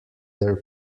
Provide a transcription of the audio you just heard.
their